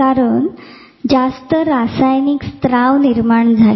कारण जास्त रासायनिक स्त्राव निर्माण झाले